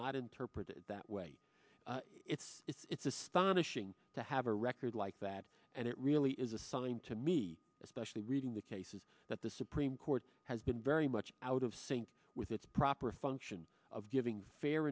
not interpret it that way it's it's astonishing to have a record like that and it really is a sign to me especially reading the cases that the supreme court has been very much out of sync with its proper function of